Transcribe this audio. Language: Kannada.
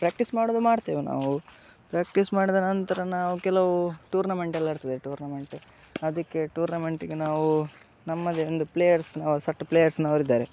ಪ್ರ್ಯಾಕ್ಟಿಸ್ ಮಾಡೋದು ಮಾಡ್ತೇವೆ ನಾವು ಪ್ರ್ಯಾಕ್ಟಿಸ್ ಮಾಡಿದ ನಂತರ ನಾವು ಕೆಲವು ಟೂರ್ನಮೆಂಟ್ ಎಲ್ಲ ಇರ್ತದೆ ಟೂರ್ನಮೆಂಟ್ ಅದಕ್ಕೆ ಟೂರ್ನಮೆಂಟಿಗೆ ನಾವು ನಮ್ಮದೆ ಒಂದು ಪ್ಲೇಯರ್ಸ್ನವ್ರು ಸಟ್ ಪ್ಲೇಯರ್ಸ್ನವ್ರು ಇದ್ದಾರೆ